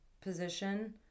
position